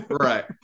right